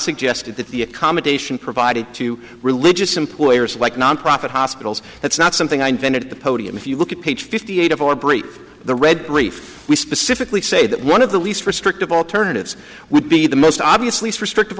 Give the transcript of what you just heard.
suggested that the accommodation provided to religious employers like nonprofit hospitals that's not something i vented at the podium if you look at page fifty eight of our brief the read brief we specifically say that one of the least restrictive alternatives would be the most obvious least restrictive